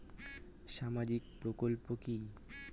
সামাজিক প্রকল্প কি?